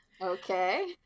Okay